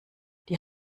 die